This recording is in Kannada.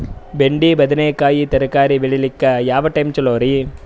ಬೆಂಡಿ ಬದನೆಕಾಯಿ ತರಕಾರಿ ಬೇಳಿಲಿಕ್ಕೆ ಯಾವ ಟೈಮ್ ಚಲೋರಿ?